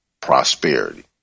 prosperity